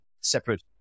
separate